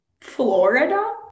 Florida